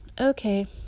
okay